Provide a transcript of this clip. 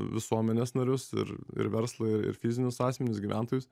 visuomenės narius ir ir verslą ir fizinius asmenis gyventojus